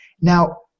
Now